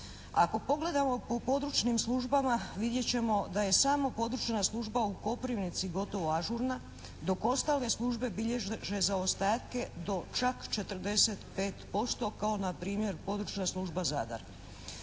Ako pogledamo po područnim službama vidjet ćemo da je samo Područna služba u Koprivnici gotovo ažurna, dok ostale službe bilježe zaostatke do čak 45%, kao npr. Područna služba Zadar.